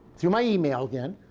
through my email again.